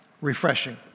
Refreshing